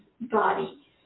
body